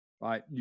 right